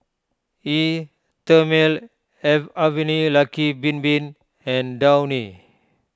Eau thermale Avene Lucky Bin Bin and Downy